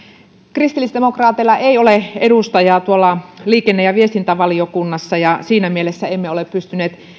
kristillisdemokraateilla ei ole edustajaa liikenne ja viestintävaliokunnassa siinä mielessä emme ole pystyneet